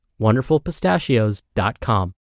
wonderfulpistachios.com